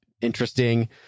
interesting